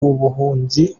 ubuhunzi